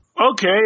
Okay